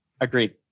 Agreed